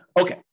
Okay